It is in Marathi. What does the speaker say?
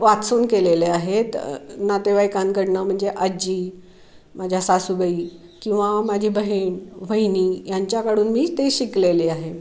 वाचून केलेले आहेत नातेवाईकांकडून म्हणजे अजी माझ्या सासूबाई किंवा माझी बहीण वहिनी यांच्याकडून मी ते शिकलेले आहे